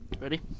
Ready